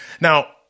Now